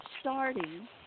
starting